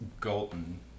Galton